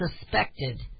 suspected